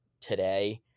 today